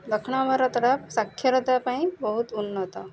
ଦକ୍ଷିଣ ଭାରତର ସାକ୍ଷରତା ପାଇଁ ବହୁତ ଉନ୍ନତ